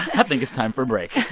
i think it's time for a break.